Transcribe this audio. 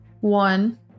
one